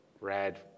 red